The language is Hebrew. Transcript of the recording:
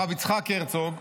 הרב יצחק הרצוג,